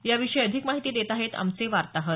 याविषयी अधिक माहिती देत आहेत आमचे वार्ताहर